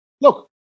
Look